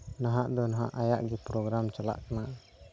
ᱱᱟᱦᱟᱸᱜ ᱫᱚ ᱦᱟᱸᱜ ᱟᱭᱟᱜ ᱜᱮ ᱯᱨᱳᱜᱨᱟᱢ ᱪᱟᱞᱟᱜ ᱠᱟᱱᱟ